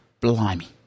Blimey